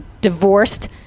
divorced